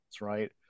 right